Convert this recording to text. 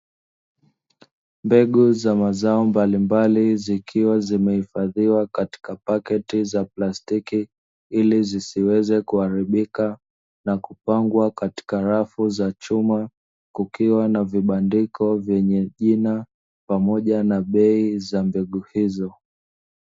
Mbegu za mazao mbalimbali zikiwa zimehifadhiwa katika paketi za plastiki ili zisiweze kuharibika, na kupangwa katika rafu za chuma kukiwa na vibandiko vyenye jina pamoja na bei za mbegu hizo.